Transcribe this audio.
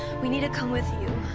we need to come with you.